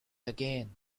again